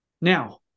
Now